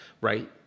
right